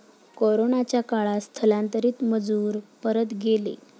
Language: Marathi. कोरोनाच्या काळात स्थलांतरित मजूर परत गेले